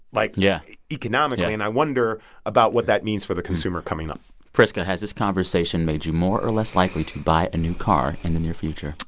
like, yeah economically. and i wonder about what that means for the consumer coming up priska, has this conversation made you more or less likely to buy a new car in the near future?